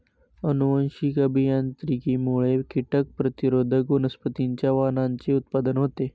अनुवांशिक अभियांत्रिकीमुळे कीटक प्रतिरोधक वनस्पतींच्या वाणांचे उत्पादन होते